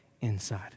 inside